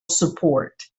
support